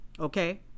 Okay